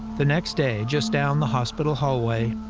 the next day, just down the hospital hallway,